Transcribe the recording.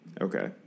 Okay